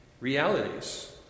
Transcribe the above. realities